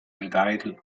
retitled